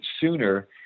sooner